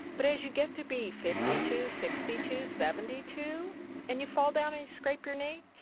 but as you get to be fifty two, sixty two, seventy two and you fall down and you scrape your knee,